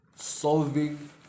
Solving